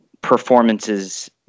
performances